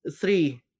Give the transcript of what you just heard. three